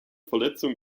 verletzung